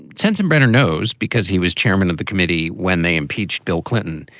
and sensenbrenner knows because he was chairman of the committee when they impeached bill clinton.